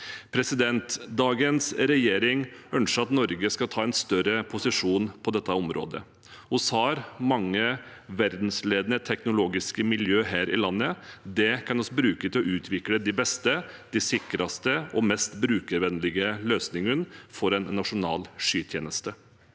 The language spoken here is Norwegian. Dagens regjering ønsker at Norge skal ta en større posisjon på dette området. Vi har mange verdensledende teknologiske miljøer her i landet. Det kan vi bruke til å utvikle de beste, sikreste og mest brukervennlige løsningene for en nasjonal skytjeneste.